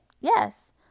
Yes